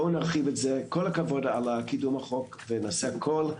כל הכבוד על קידום החוק ונעשה הכול,